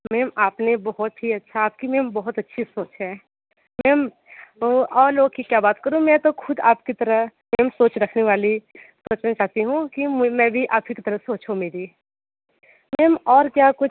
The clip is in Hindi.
मैम आपने बहुत ही अच्छा आपकी मैम बहुत अच्छी सोच है मैम तो और लोग की क्या बात करूँ मैं तो ख़ुद आपकी तरह यही सोच रखने वाली सच्ची साथी हूँ कि मैं भी आपकी तरह सोच हो मेरी मैम और क्या कुछ